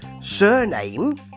surname